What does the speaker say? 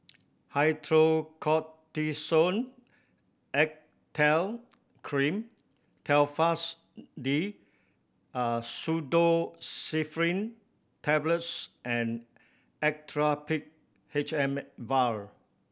Hydrocortisone Acetate Cream Telfast D Pseudoephrine Tablets and Actrapid H M Vial